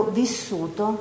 vissuto